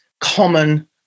common